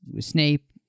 Snape